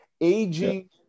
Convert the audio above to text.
aging